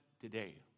today